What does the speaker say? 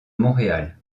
montréal